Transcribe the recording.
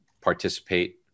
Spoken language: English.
participate